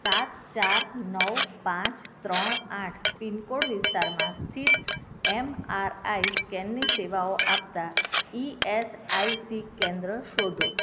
સાત ચાર નવ પાંચ ત્રણ આઠ પિન કોડ વિસ્તારમાં સ્થિત એમઆરઆઈ સ્કેનની સેવાઓ આપતાં ઇએસઆઇસી કેન્દ્ર શોધો